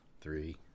Three